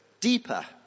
deeper